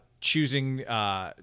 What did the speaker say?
choosing